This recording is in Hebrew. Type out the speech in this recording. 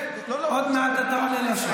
עוד מעט אתה עולה להשיב.